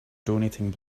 donating